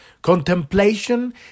Contemplation